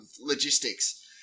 logistics